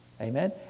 Amen